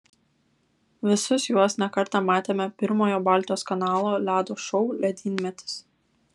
visus juos ne kartą matėme pirmojo baltijos kanalo ledo šou ledynmetis